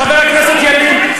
חבר הכנסת ילין,